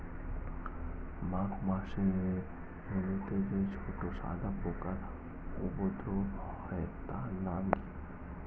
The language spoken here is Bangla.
মাঘ মাসে মূলোতে যে ছোট সাদা পোকার উপদ্রব হয় তার নাম কি?